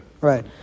Right